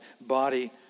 body